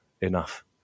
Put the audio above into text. enough